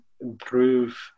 improve